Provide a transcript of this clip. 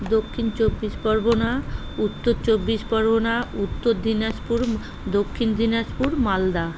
দক্ষিণ চব্বিশ পরগনা উত্তর চব্বিশ পরগনা উত্তর দিনাজপুর দক্ষিণ দিনাজপুর মালদা